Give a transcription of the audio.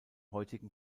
heutigen